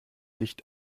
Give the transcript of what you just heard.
licht